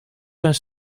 zijn